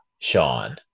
Sean